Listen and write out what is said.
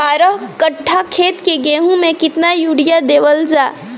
बारह कट्ठा खेत के गेहूं में केतना यूरिया देवल जा?